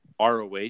ROH